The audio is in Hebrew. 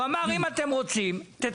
הוא אמר: אם אתם רוצים תתקנו את החוק.